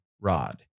rod